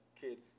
kids